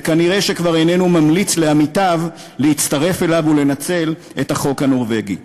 וכנראה כבר איננו ממליץ לעמיתיו להצטרף אליו ולנצל את החוק הנורבגי.